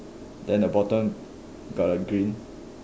then the bottom got a green